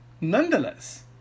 Nonetheless